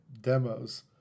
demos